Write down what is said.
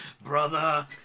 brother